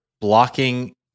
blocking